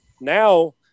Now